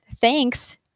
thanks